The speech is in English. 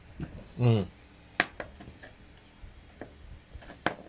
um